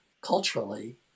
culturally